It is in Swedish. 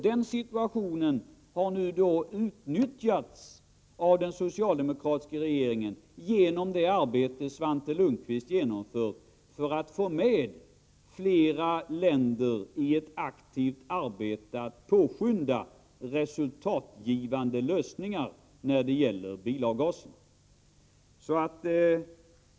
Den situationen har då utnyttjats av den socialdemokratiska regeringen i det arbete Svante Lundkvist genomfört för att få med fler länder i ett aktivt arbete att påskynda resultatgivande lösningar när det gäller bilavgaserna.